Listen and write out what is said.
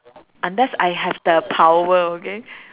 unless I have the power okay